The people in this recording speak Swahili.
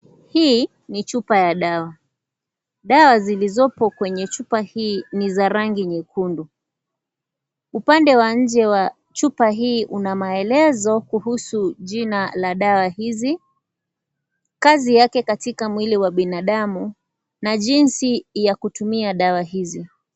Hii ni chupa ya dawa. Dawa zilizopo kwenye chupa hii ni za rangi nyekundu. Upande wa nje wa chupa hii una maelezo kuhusu jina la dawa hizi, kazi yake katika mwili wa binadamu na jinsi ya kutumia dawa hizi.